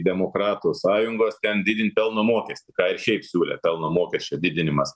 demokratų sąjungos ten didint pelno mokestį ką ir šiaip siūlė pelno mokesčio didinimas